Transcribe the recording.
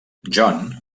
john